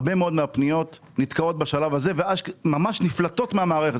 הרבה מאוד מהפניות נתקעות בשלב הזה וממש נפלטות מהמערכת.